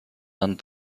and